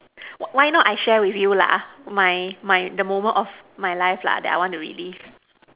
why not I share with you lah my my the moment of my life lah that I want to relive